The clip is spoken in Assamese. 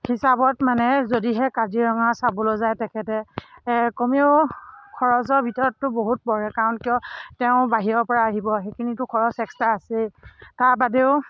হিচাপত মানে যদিহে কাজিৰঙা চাবলৈ যায় তেখেতে কমেও খৰচৰ ভিতৰতটো বহুত পৰে কাৰণ কিয় তেওঁ বাহিৰৰ পৰা আহিব সেইখিনিতো খৰচ এক্সট্ৰা আছেই তাৰবাদেও